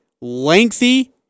lengthy